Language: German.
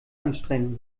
anstrengen